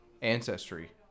Ancestry